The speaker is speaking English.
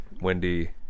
Wendy